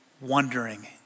wondering